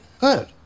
Good